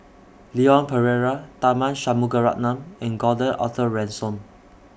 Leon Perera Tharman Shanmugaratnam and Gordon Arthur Ransome